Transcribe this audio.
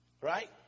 right